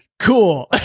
Cool